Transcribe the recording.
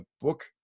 book